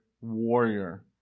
warrior